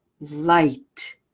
light